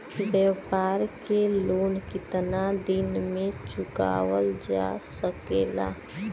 व्यापार के लोन कितना दिन मे चुकावल जा सकेला?